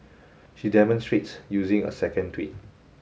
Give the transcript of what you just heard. she demonstrates using a second tweet